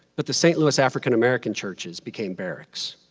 but the st. louis african american churches became barracks,